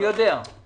הישיבה ננעלה בשעה